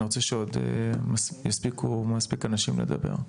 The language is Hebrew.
רוצה שעוד יספיקו מספיק אנשים לדבר.